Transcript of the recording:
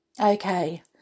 okay